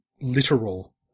literal